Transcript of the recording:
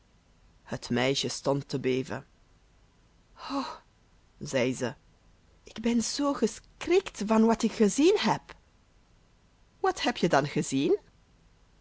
het meisje stond te beven o zei ze ik ben zoo geschrikt van wat ik gezien heb wat heb je dan gezien